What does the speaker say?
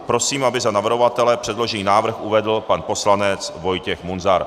Prosím, aby za navrhovatele předložený návrh uvedl pan poslanec Vojtěch Munzar.